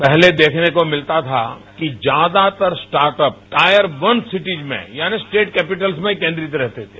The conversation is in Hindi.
पहले देखने को मिलता था कि ज्यादातर स्टार्टअप टायर वन सिटीज में यानि स्टेट कैपिटल्स में केंद्रित रहते थे